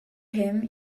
him